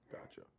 Gotcha